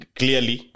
clearly